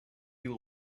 you